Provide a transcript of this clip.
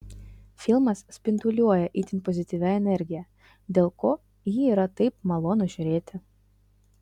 filmas spinduliuoja itin pozityvia energija dėl ko jį yra taip malonu žiūrėti